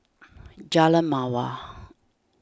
Jalan Mawar